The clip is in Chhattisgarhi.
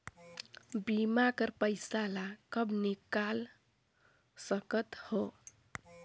बीमा कर पइसा ला कब निकाल सकत हो?